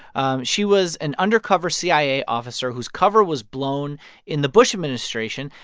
um she was an undercover cia officer whose cover was blown in the bush administration.